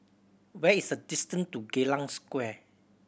where is the distant to Geylang Square